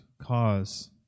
cause